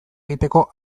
egiteko